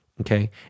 Okay